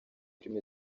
film